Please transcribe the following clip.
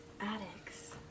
addicts